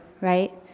right